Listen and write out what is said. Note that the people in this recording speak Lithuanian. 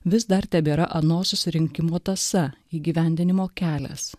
vis dar tebėra ano susirinkimo tąsa įgyvendinimo kelias